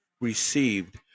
received